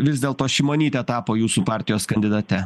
vis dėlto šimonytė tapo jūsų partijos kandidate